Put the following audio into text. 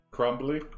Crumbly